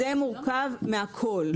זה מורכב מהכול.